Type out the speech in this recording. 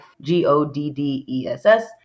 G-O-D-D-E-S-S